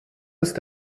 ist